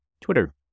Twitter